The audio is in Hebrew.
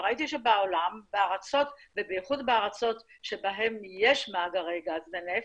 וגיליתי שבייחוד בארצות שבהן יש מאגרי גז ונפט,